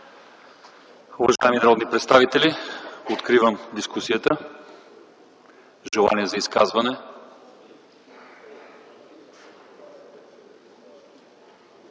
Уважаеми народни представители, откривам дискусията. Желания за изказвания?